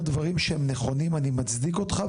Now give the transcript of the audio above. אתה אומר דברים שהם נכונים ואני מצדיק אותך,